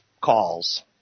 calls